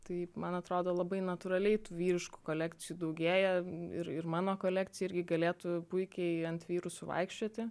tai man atrodo labai natūraliai tų vyriškų kolekcijų daugėja ir ir mano kolekcija irgi galėtų puikiai ant vyrų suvaikščioti